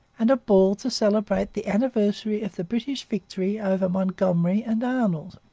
and a ball to celebrate the anniversary of the british victory over montgomery and arnold.